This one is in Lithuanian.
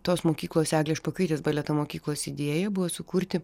tos mokyklos eglės špokaitės baleto mokyklos idėja buvo sukurti